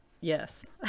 yes